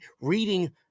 reading